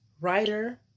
writer